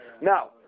Now